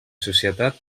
societat